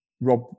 Rob